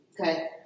Okay